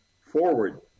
forward